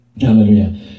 Hallelujah